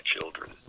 children